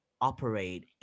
operate